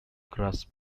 crush